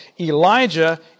Elijah